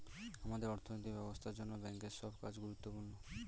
আমাদের অর্থনৈতিক ব্যবস্থার জন্য ব্যাঙ্কের সব কাজ গুরুত্বপূর্ণ